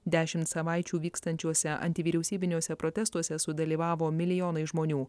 dešimt savaičių vykstančiuose antivyriausybiniuose protestuose sudalyvavo milijonai žmonių